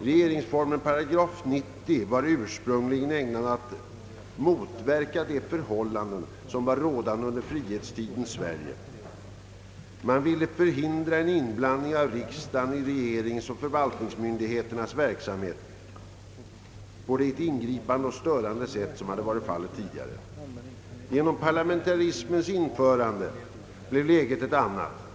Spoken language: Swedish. Regeringsformens § 90 var ursprungligen avsedd att motverka de förhållanden som var rådande under frihetstidens Sverige. Man ville förhindra en inblandning av riksdagen i regeringens och förvaltningsmyndigheternas verksamhet på det ingripande och störande sätt som tidigare hade varit fallet. Genom parlamentarismens införande blev läget ett annat.